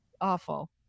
Awful